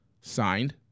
signed